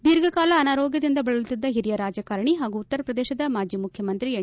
ದೀರ್ಘಕಾಲ ಅನಾರೋಗ್ಡದಿಂದ ಬಳಲುತ್ತಿದ್ದ ಹಿರಿಯ ರಾಜಕಾರಣಿ ಹಾಗೂ ಉತ್ತರ ಪ್ರದೇಶದ ಮಾಜಿ ಮುಖ್ಯಮಂತ್ರಿ ಎನ್